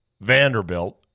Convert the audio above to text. Vanderbilt